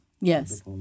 yes